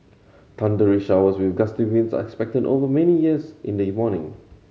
thundery showers with gusty winds are expected over many years in the morning